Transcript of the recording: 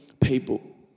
people